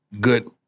good